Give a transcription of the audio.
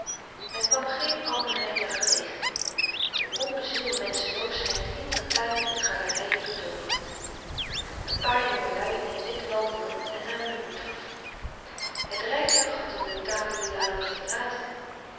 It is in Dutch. men kwam geen ander rijtuig tegen een onbezielde menschenloosheid hield de tuinen en galerijen betooverd een paar jongelui in het wit wandelden en namen den hoed af het rijtuig had de notabele lanen verlaten